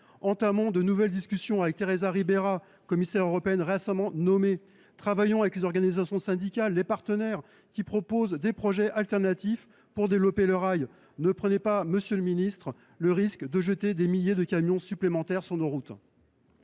Entamons de nouvelles discussions avec Teresa Ribera, commissaire européenne récemment nommée. Travaillons avec les organisations syndicales et les partenaires qui proposent des projets alternatifs pour développer le rail. Ne prenez pas le risque, monsieur le ministre, de jeter des milliers de camions supplémentaires sur nos routes